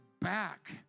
back